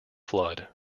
flood